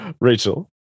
Rachel